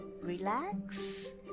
relax